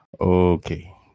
Okay